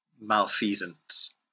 malfeasance